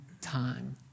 time